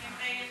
הוא הוציא